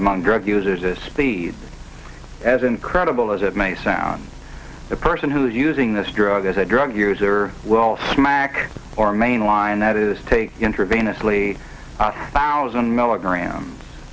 among drug users a speed as incredible as it may sound the person who is using this drug as a drug user will smack or main line that is take intravenously thousand milligram